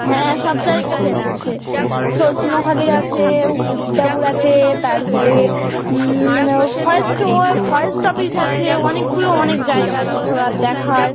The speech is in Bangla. হ্যাঁ সব জায়গা চেনা আছে সজনেখালি আছে বুড়ির ডাবুর আছে তারপরে ফরেস্ট ও ফরেস্ট অফিস আছে অনেকগুলো অনেক জায়গা আছে ঘোরার দেখার